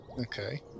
Okay